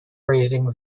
praising